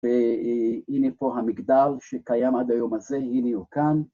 והנה פה המגדל שקיים עד היום הזה, הנה הוא כאן